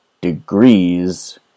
degrees